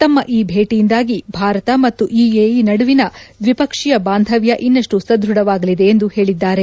ತಮ್ಮ ಈ ಭೇಟಿಯಿಂದಾಗಿ ಭಾರತ ಮತ್ತು ಯುಎಇ ನಡುವಿನ ದ್ವಿಪಕ್ಷೀಯ ಬಾಂಧವ್ಯ ಇನ್ನಷ್ಟು ಸದೃಢವಾಗಲಿದೆ ಎಂದು ಹೇಳಿದ್ದಾರೆ